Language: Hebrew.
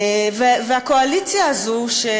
והקואליציה הזאת,